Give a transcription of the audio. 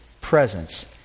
presence